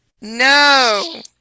No